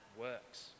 works